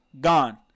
Gone